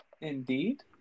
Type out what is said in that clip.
Indeed